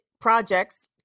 projects